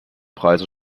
preise